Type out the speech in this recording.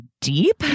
deep